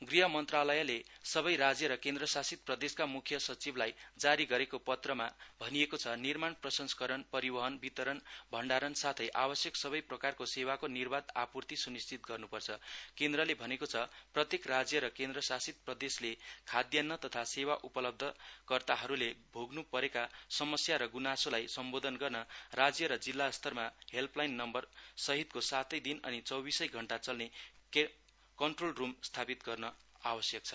गृह मन्त्रालयले सबै राज्य र केन्द्रशासित प्रदेशका मुख्य सचिवलाई जारी गरेको पत्रमा भनिएको छ निर्माण प्रसंस्करण परिवहन वितरण भण्डारण साथै आवश्यक सबै प्रकारको सेवाको निर्वाद् आपूर्ति सुनिश्चित गर्नुपर्छ केन्द्रले भनेको छ प्रत्येक राज्य र केन्द्रशासित प्रदेशले खाद्यन्न तथा सेवा उपलब्ध कर्ताहरूले भोग्न परेका समय र गुनासोलाई सम्बोधन गर्न राज्य र जिल्लास्तरमा हेल्पलाइन नम्बर सहितको सातै दिन अनि चौबिसै घण्टा चल्ने कन्ट्रोलरूम स्थापित गर्न आवश्यक छ